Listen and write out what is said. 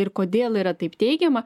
ir kodėl yra taip teigiama